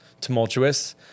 tumultuous